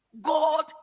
God